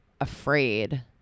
afraid